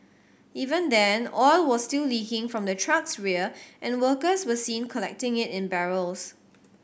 even then oil was still leaking from the truck's rear and workers were seen collecting it in barrels